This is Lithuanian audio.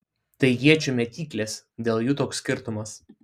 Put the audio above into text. tai iečių mėtyklės dėl jų toks skirtumas